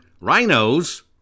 rhinos